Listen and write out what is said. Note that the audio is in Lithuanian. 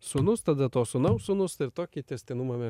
sūnus tada to sūnaus sūnus ir tokį tęstinumą mes